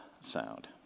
sound